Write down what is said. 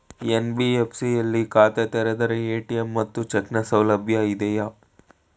NBFC ಯಲ್ಲಿ ಖಾತೆ ತೆರೆದರೆ ಎ.ಟಿ.ಎಂ ಮತ್ತು ಚೆಕ್ ನ ಸೌಲಭ್ಯ ಇದೆಯಾ?